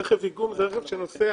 רכב איגום הוא רכב שנוסע